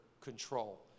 control